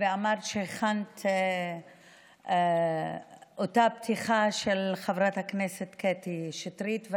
ואמרת שהכנת את אותה הפתיחה של חברת הכנסת קטי שטרית,